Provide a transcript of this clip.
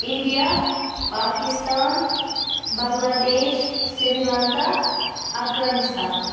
India Pakistan Bangladesh sri Lanka Afghanistan